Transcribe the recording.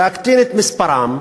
להקטין את מספרם,